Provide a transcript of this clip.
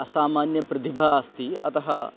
असामान्या प्रतिभा अस्ति अतः